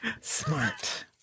Smart